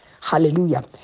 Hallelujah